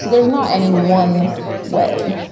there's not any one way.